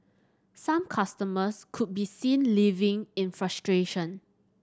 some customers could be seen leaving in frustration